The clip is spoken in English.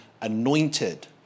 anointed